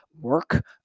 work